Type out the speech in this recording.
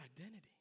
identity